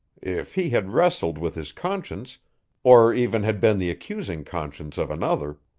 if he had wrestled with his conscience or even had been the accusing conscience of another,